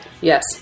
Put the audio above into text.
Yes